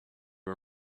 her